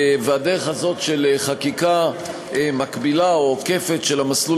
והדרך הזאת של חקיקה מקבילה או עוקפת של המסלול